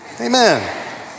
Amen